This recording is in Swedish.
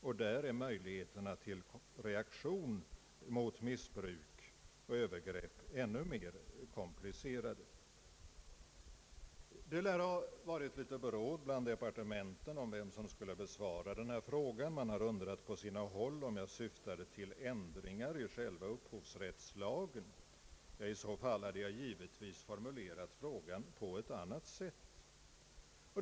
Därvidlag är möjligheterna till reaktion mot missbruk och övergrepp ännu mer komplicerade. Man lär ha varit litet i beråd om vem som skulle besvara denna fråga. Man har på sina håll undrat, om jag syftade till ändringar i själva upphovsrättslagen. I så fall hade jag givetvis formulerat frågan på annat sätt.